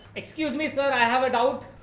excuse me, sir! i have a doubt.